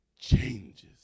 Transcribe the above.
changes